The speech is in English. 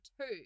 two